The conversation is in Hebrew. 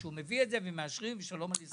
שהוא מביא את זה ומאשרים ושלום על ישראל.